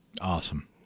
Awesome